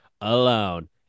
alone